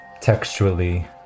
textually